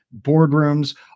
boardrooms